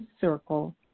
circle